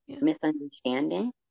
misunderstanding